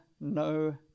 no